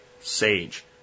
sage